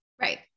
Right